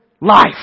life